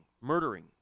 murdering